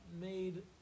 made